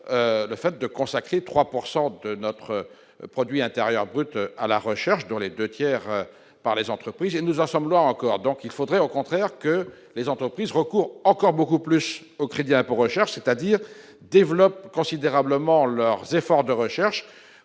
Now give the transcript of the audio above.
le fait de consacrer 3 pourcent de notre produit intérieur brut à la recherche, dont les 2 tiers par les entreprises et nous en sommes là encore donc, il faudrait au contraire que les entreprises recourent encore beaucoup plus au crédit impôt recherche, c'est-à-dire développe considérablement leurs efforts de recherche